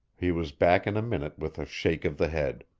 he was back in a minute with a shake of the head.